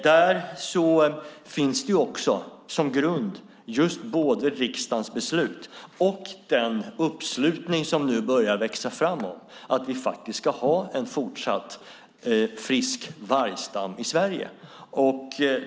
Där finns det som grund både riksdagsbeslut och den uppslutning som nu börjar växa fram kring att vi ska ha en fortsatt frisk vargstam i Sverige.